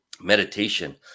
meditation